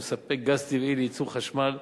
המספק גז טבעי לייצור חשמל,